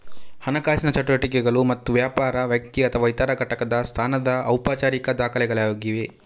ಹಣಕಾಸಿನ ಚಟುವಟಿಕೆಗಳು ಮತ್ತು ವ್ಯವಹಾರ, ವ್ಯಕ್ತಿ ಅಥವಾ ಇತರ ಘಟಕದ ಸ್ಥಾನದ ಔಪಚಾರಿಕ ದಾಖಲೆಗಳಾಗಿವೆ